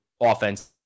offense